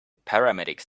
paramedics